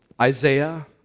Isaiah